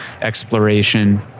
exploration